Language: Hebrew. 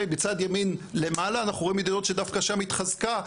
בצד ימין למעלה אנחנו רואים מדינות שדווקא שם התחזקה,